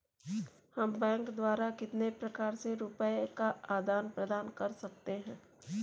हम बैंक द्वारा कितने प्रकार से रुपये का आदान प्रदान कर सकते हैं?